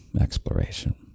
exploration